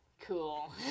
Cool